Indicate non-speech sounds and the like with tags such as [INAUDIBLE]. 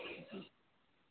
[UNINTELLIGIBLE]